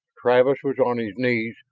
travis was on his knees,